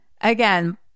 again